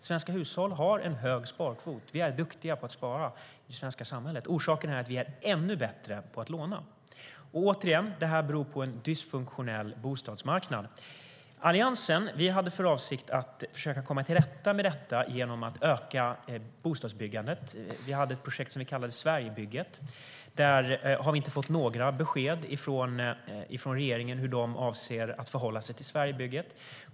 Svenska hushåll har en hög sparkvot. Vi är duktiga på att spara i det svenska samhället. Men vi är ännu bättre på att låna. Situationen beror alltså på en dysfunktionell bostadsmarknad. Vi i Alliansen hade för avsikt att försöka komma till rätta med detta genom att öka bostadsbyggandet. Vi hade ett projekt som vi kallade Sverigebygget. Vi har inte fått några besked från regeringen om hur den avser att förhålla sig till Sverigebygget.